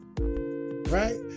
right